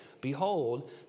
Behold